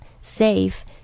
safe